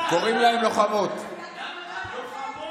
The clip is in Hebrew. למה די?